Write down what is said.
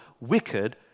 wicked